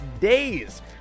days